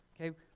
okay